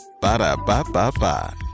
Ba-da-ba-ba-ba